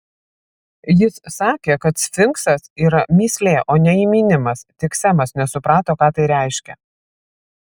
jis sakė kad sfinksas yra mįslė o ne įminimas tik semas nesuprato ką tai reiškia